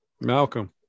Malcolm